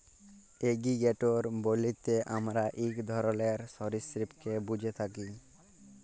alligator বইলতে আমরা ইক ধরলের সরীসৃপকে ব্যুঝে থ্যাকি